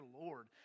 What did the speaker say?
Lord